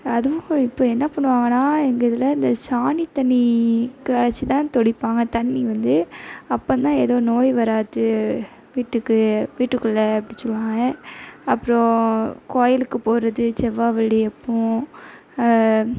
அதுவும் இப்போ என்ன பண்ணுவாங்கன்னா எங்கள் இதில் இந்த சாணி தண்ணி கரைச்சி தான் தெளிப்பாங்க தண்ணி வந்து அப்பந்தான் எதுவும் நோய் வராது வீட்டுக்கு வீட்டுக்குள்ளே அப்டின்னு சொல்வாங்க அப்புறம் கோவிலுக்கு போகிறது செவ்வாய் வெள்ளி அப்போது